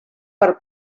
per